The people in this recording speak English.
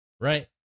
right